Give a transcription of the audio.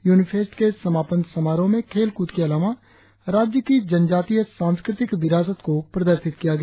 Unifest के समापन समारोह में खेल कूद के अलावा राज्य की जनजातीय सांस्कृतिक विरासत को प्रदर्शित किया गया